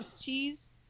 cheese